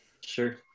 Sure